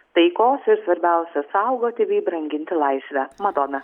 taikos ir svarbiausia saugoti bei branginti laisvę madona